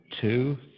two